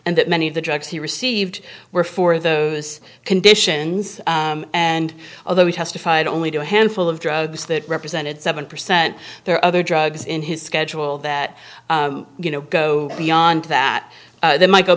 and that many of the drugs he received were for those conditions and although he testified only to a handful of drugs that represented seven percent there are other drugs in his schedule that you know go beyond that they might go